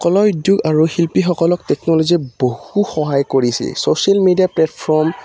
কলা উদ্যোগ আৰু শিল্পীসকলক টেকন'লজিয়ে বহু সহায় কৰিছে ছ'চিয়েল মিডিয়া প্লেটফৰ্ম